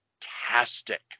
fantastic